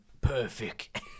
perfect